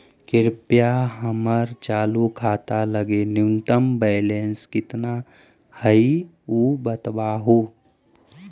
कृपया हमर चालू खाता लगी न्यूनतम बैलेंस कितना हई ऊ बतावहुं